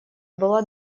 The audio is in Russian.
было